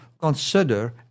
consider